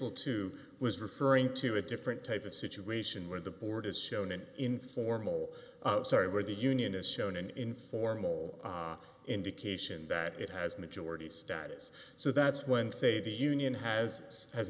l two was referring to a different type of situation where the board is shown an informal sorry where the union is shown an informal indication that it has majority status so that's when say the union has has